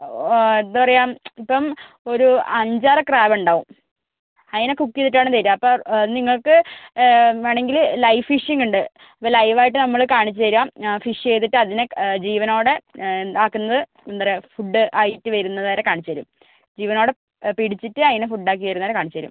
എന്താ പറയുക ഇപ്പം ഒരു അഞ്ച് ആറ് ക്രാബ് ഉണ്ടാവും അതിനെ കുക്ക് ചെയ്തിട്ട് ആണ് തരുക അപ്പം നിങ്ങൾക്ക് വേണമെങ്കിൽ ലൈവ് ഫിഷിംഗ് ഉണ്ട് ലൈവ് ആയിട്ട് നമ്മൾ കാണിച്ചുതരാം ഫിഷ് ചെയ്തിട്ട് അതിനെ ജീവനോടെ ആക്കുന്നത് എന്താ പറയുക ഫുഡ്ഡ് ആയിട്ട് വരുന്നതു വരെ കാണിച്ചുതരും ജീവനോട പിടിച്ചിട്ട് അതിനെ ഫുഡ്ഡ് ആക്കി വരുന്ന വരെ കാണിച്ചുതരും